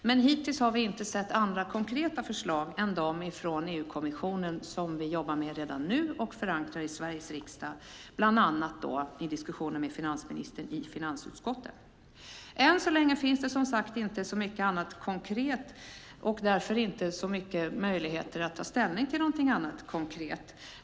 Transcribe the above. Men hittills har vi inte sett andra konkreta förslag än de från EU-kommissionen som vi jobbar med redan nu och förankrar i Sveriges riksdag bland annat i diskussioner med finansministern i finansutskottet. Än så länge finns det inte så mycket annat konkret och därför inte så många möjligheter att ta ställning till någonting annat konkret.